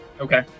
Okay